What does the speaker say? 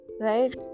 right